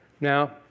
Now